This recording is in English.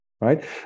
right